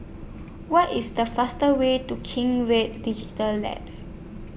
What IS The faster Way to Kent Digital Labs